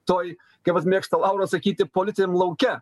toj kaip vat mėgsta lauras sakyti politiniam lauke